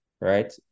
right